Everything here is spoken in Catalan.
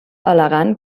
al·legant